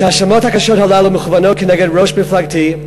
כשהאשמות הקשות הללו מכווָנות נגד ראש מפלגתי,